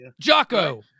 Jocko